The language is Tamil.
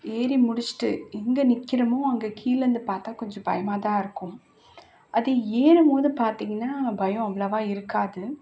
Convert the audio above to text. ஏறி முடிச்சுட்டு எங்கே நிற்கிறமோ அங்கே கீழேருந்து பார்த்தா கொஞ்சம் பயமாகதான் இருக்கும் அது ஏறும் போது பார்த்தீங்கன்னா பயம் அவ்வளவா இருக்காது